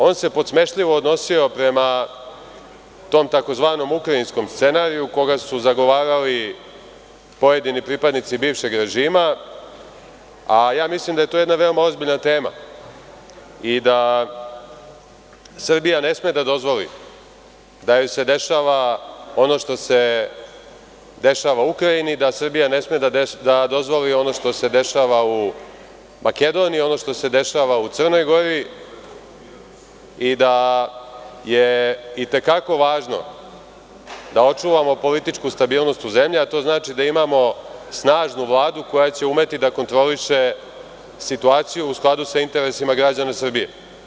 On se podsmešljivo odnosio prema tom takozvanom ukrajinskom scenariju koga su zagovarali pojedini pripadnici bivšeg režima, a ja mislim da je to jedna veoma ozbiljna tema i da Srbija ne sme da dozvoli da joj se dešava ono što se dešava Ukrajini, da Srbija ne sme da dozvoli ono što se dešava u Makedoniji, ono što se dešava u Crnoj Gori i da je i te kako važno da očuvamo političku stabilnost u zemlji, a to znači da imamo snažnu Vladu koja će umeti da kontroliše situaciju u skladu sa interesima građana Srbije.